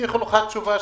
אני